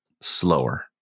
slower